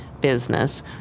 business